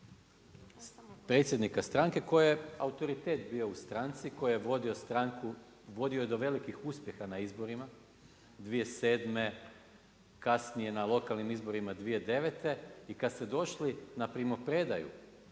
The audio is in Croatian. predsjednika stranke koji je autoritet bio u stranci koji je vodio stranku, vodio je do velikih uspjeha na izborima 2007. kasnije na lokalnim izborima 2009. I kad ste došli na primopredaju